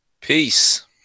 Peace